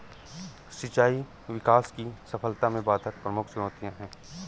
सिंचाई विकास की सफलता में बाधक प्रमुख चुनौतियाँ है